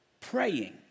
praying